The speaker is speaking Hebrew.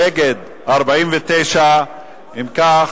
נגד, 49. אם כך,